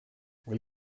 will